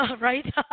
right